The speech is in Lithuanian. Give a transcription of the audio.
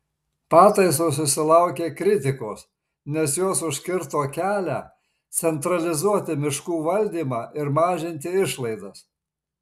pataisos susilaukė kritikos nes jos užkirto kelią centralizuoti miškų valdymą ir mažinti išlaidas